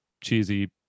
cheesy